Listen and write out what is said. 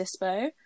dispo